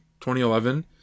2011